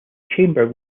chamber